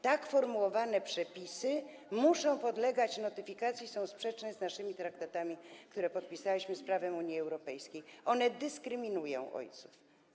Tak sformułowane przepisy muszą podlegać notyfikacji, są sprzeczne z traktatami, które podpisaliśmy, z prawem Unii Europejskiej, dyskryminują ojców.